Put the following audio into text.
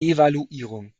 evaluierung